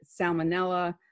salmonella